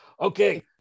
Okay